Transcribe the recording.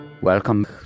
Welcome